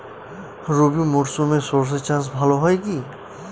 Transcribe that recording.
রবি মরশুমে সর্ষে চাস ভালো হয় কি?